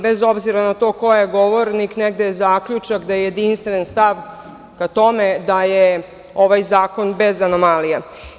Bez obzira na to ko je govornik, negde je zaključak da je jedinstven stav ka tome da je ovaj zakon bez anomalija.